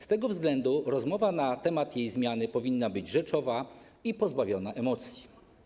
Z tego względu rozmowa na temat jej zmiany powinna być rzeczowa i pozbawiona emocji.